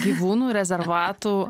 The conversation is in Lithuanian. gyvūnų rezervatų